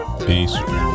Peace